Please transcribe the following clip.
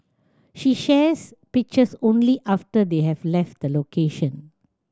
she shares pictures only after they have left the location